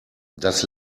das